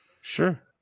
Sure